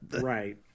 Right